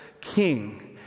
king